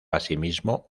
asimismo